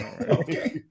Okay